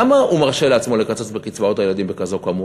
למה הוא מרשה לעצמו לקצץ בקצבאות הילדים בכזאת כמות?